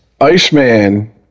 Iceman